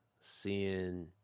seeing